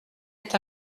est